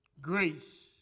grace